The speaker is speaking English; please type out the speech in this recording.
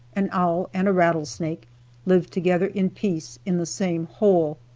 an owl and a rattlesnake lived together in peace in the same hole.